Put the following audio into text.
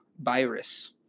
virus